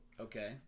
Okay